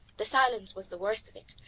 the silence was the worst of it,